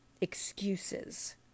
excuses